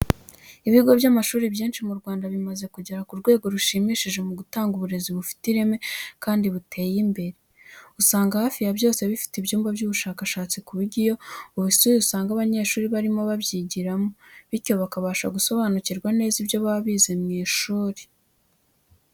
Ibigo by'amashuri byinshi mu Rwanda bimaze kugera ku rwego rushimishije mu gutanga uburezi bufite ireme kandi buteye imbere. Usanga hafi ya byose bifite ibyumba by'ubushakashatsi ku buryo iyo ubisuye usanga abanyeshuri barimo babyigiramo, bityo bakabasha gusobanukirwa neza ibyo baba bize mu ishuri.